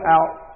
out